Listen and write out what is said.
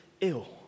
ill